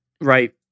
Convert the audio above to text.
Right